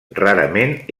rarament